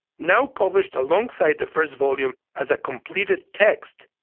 now published alongside the first volume as a completed text,